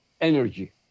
energy